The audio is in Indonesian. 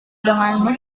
denganmu